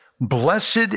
blessed